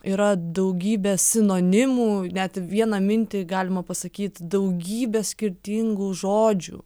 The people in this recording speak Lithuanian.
yra daugybė sinonimų net vieną mintį galima pasakyt daugybę skirtingų žodžių